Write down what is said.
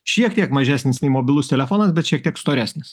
šiek tiek mažesnis nei mobilus telefonas bet šiek tiek storesnis